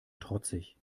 trotzig